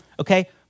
okay